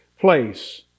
place